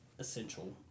essential